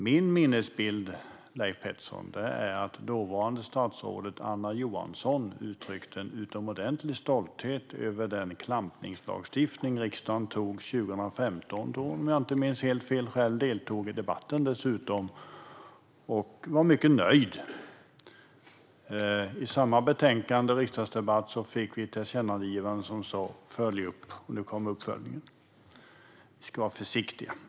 Min minnesbild, Leif Pettersson, är att dåvarande statsrådet Anna Johansson uttryckte en utomordentlig stolthet över den klampningslagstiftning som riksdagen antog 2015 då hon, om jag inte minns helt fel, dessutom själv deltog i debatten och var mycket nöjd. I samma betänkande och riksdagsdebatt var det ett tillkännagivande som sa att detta skulle följas upp, och nu kom uppföljningen. Vi ska vara försiktiga.